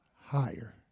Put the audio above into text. higher